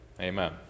Amen